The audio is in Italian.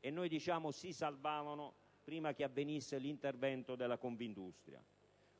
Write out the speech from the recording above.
E diciamo "si salvavano" prima che avvenisse l'intervento della Confindustria.